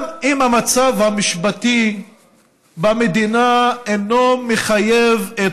גם אם המצב המשפטי במדינה אינו מחייב את